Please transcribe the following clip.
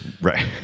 Right